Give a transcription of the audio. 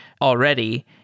already